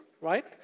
right